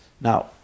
Now